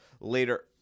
later